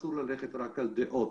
אסור ללכת רק על דעות.